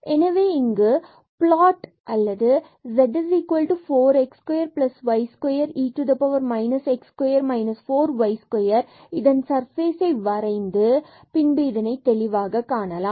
எனவே இங்கு பிளாட் அல்லது z4x2y2e x2 4y2 இதன் சர்பேசை வரைந்து பின்பு இதை தெளிவாக காணலாம்